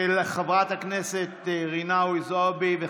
(חבר הכנסת שלמה קרעי יוצא מאולם המליאה.) מיקי,